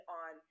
on